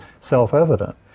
self-evident